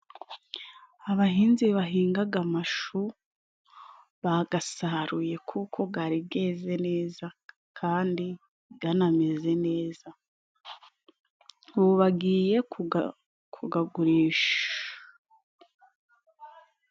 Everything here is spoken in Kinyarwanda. Abahinzi bahingaga amashu bagasaruye. Kuko gari geze neza kandi ganameze neza, ubu bagiye ku gagurisha.